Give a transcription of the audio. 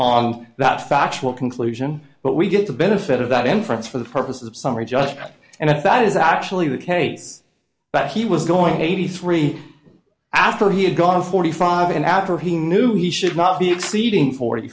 on that factual conclusion but we get the benefit of that inference for the purposes of summary just and that is actually the case that he was going eighty three after he had gotten forty five and after he knew he should not be exceeding forty